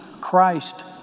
Christ